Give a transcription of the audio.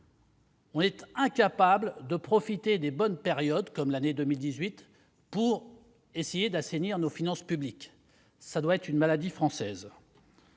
sommes incapables de profiter des bonnes périodes, comme l'année 2018, pour essayer d'assainir nos finances publiques. Ce doit être une maladie française